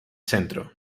centro